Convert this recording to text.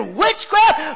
witchcraft